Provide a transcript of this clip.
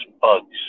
bugs